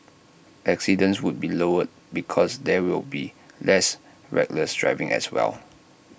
accidents would be lowered because there will be less reckless driving as well